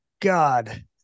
god